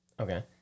Okay